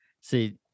See